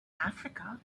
africa